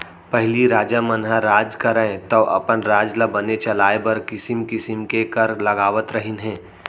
पहिली राजा मन ह राज करयँ तौ अपन राज ल बने चलाय बर किसिम किसिम के कर लगावत रहिन हें